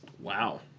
wow